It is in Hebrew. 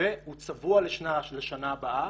והוא צבוע לשנה הבאה